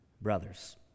brothers